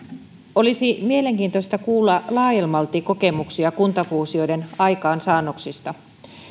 olisi mielenkiintoista kuulla laajemmalti kokemuksia kuntafuusioiden aikaansaannoksista